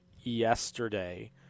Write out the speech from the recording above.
yesterday